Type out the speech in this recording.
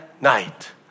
night